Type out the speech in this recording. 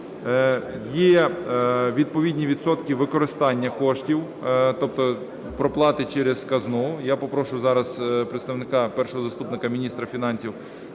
Є відповідні відсотки використання коштів, тобто проплати через казну, я попрошу зараз представника, першого заступника міністра фінансів